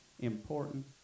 important